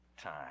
time